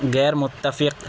غیرمتفق